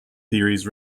theories